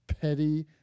petty